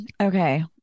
Okay